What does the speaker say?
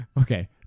okay